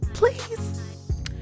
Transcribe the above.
Please